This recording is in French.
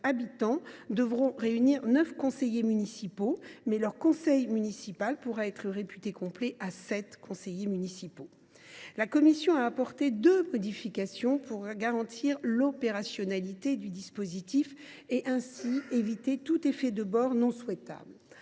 499 habitants devront réunir neuf conseillers municipaux, mais leur conseil municipal pourra être « réputé complet » avec sept conseillers municipaux. Qui plus est, la commission a apporté deux modifications pour garantir l’opérationnalité du dispositif et ainsi éviter tout effet de bord non souhaitable